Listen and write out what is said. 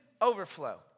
overflow